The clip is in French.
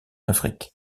afrique